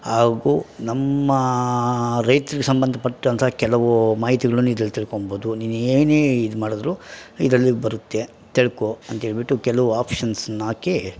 ಹಾಗೂ ನಮ್ಮ ರೈತ್ರಿಗೆ ಸಂಬಂಧಪಟ್ಟಂಥ ಕೆಲವು ಮಾಹಿತಿಗಳನ್ನು ಇದ್ರಲ್ಲಿ ತಿಳ್ಕೊಂಬೋದು ನೀನೇನೇ ಇದ್ಮಾಡಿದ್ರು ಇದರಲ್ಲಿ ಬರುತ್ತೆ ತಿಳ್ಕೊ ಅಂತೇಳಿಬಿಟ್ಟು ಕೆಲವು ಆಪ್ಷನ್ಸನ್ನಾಕಿ